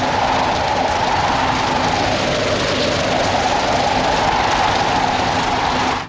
oh